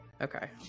Okay